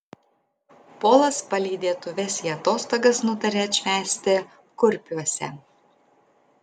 polas palydėtuves į atostogas nutarė atšvęsti kurpiuose